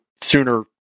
sooner